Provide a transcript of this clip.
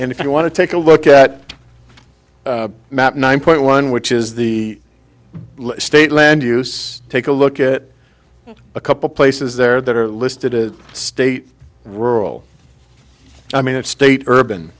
and if you want to take a look at the map nine point one which is the state land use take a look at a couple places there that are listed as state rural i mean of state urban